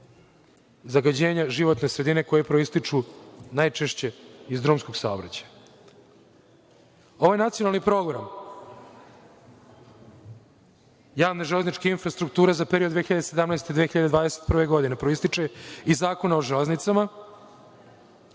zagađenja životne sredine koje proističe najčešće iz drumskog saobraćaja. Ovaj nacionalni program javne železničke infrastrukture za period 2017-2021. godine proističe iz Zakona o železnicama